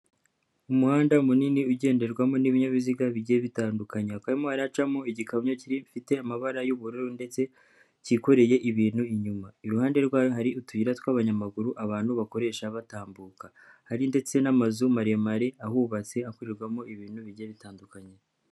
Umuhanda munini ugenderwamo n'ibinyabiziga bijye bitandukanyakamo aracamo igikamyo kiri bifite amabara y'ubururu, ndetse cyikoreye ibintu inyuma iruhande rwayo hari utuyira tw'abanyamaguru abantu bakoresha batambuka, hari ndetse n'amazu maremare ahubatse akorerwamo ibintu bigenda bitandukanye.